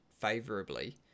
favorably